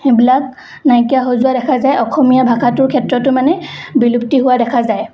সেইবিলাক নাইকিয়া হৈ যোৱা দেখা যায় অসমীয়া ভাষাটোৰ ক্ষেত্ৰতো মানে বিলুপ্তি হোৱা দেখা যায়